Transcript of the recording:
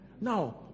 Now